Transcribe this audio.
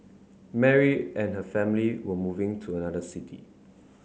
Mary and her family were moving to another city